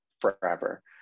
forever